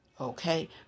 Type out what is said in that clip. Okay